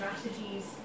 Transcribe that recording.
strategies